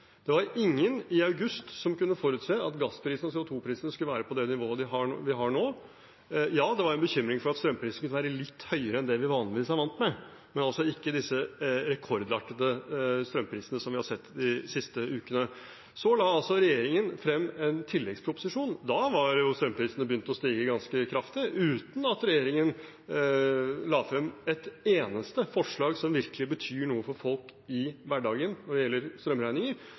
Det var ingen som i august kunne forutse at gassprisen og CO 2 -prisen skulle være på det nivået vi har nå. Det var en bekymring for at strømprisen skulle være litt høyere enn vi er vant med, men ikke disse rekordartede strømprisene som vi har sett de siste ukene. Så la regjeringen frem en tilleggsproposisjon; da var jo strømprisene begynt å stige ganske kraftig uten at regjeringen la frem et eneste forslag som virkelig betyr noe for folk i hverdagen når det gjelder strømregninger.